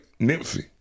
Nipsey